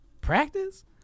practice